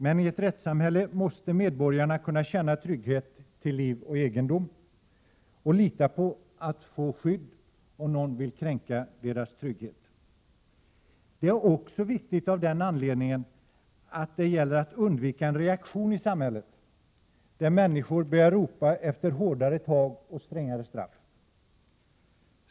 Men i ett rättssamhälle måste medborgarna kunna känna trygghet till liv och egendom och lita på att de får skydd om någon vill kränka deras trygghet. Det är viktigt också av den anledningen att det gäller att undvika en reaktion i samhället där människor börjar ropa efter hårdare tag och strängare straff.